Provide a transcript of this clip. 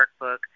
workbook